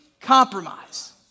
Compromise